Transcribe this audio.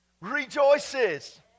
rejoices